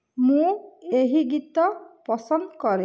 ମୁଁ ଏହି ଗୀତ ପସନ୍ଦ କରେ